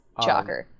Chalker